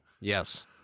Yes